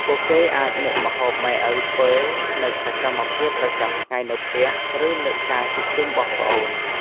ពួកគេអាចនឹកម្ហូបម៉ែឪធ្វើ នឹកសកម្មភាពប្រចាំថ្ងៃនៅផ្ទះ ឬនឹកការជួបជុំបងប្អូន។